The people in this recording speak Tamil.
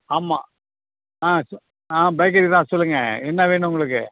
ஆமாம் ஆ ச ஆ பேக்கிரி தான் சொல்லுங்க என்ன வேணும் உங்களுக்கு